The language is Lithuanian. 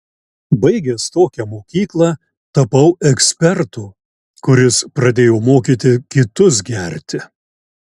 baigęs tokią mokyklą tapau ekspertu kuris pradėjo mokyti kitus gerti